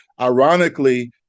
Ironically